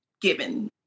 given